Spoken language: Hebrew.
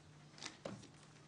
את ההסתייגות של חבר הכנסת אמיר אוחנה?